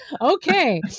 Okay